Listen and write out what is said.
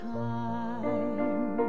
time